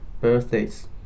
birthdays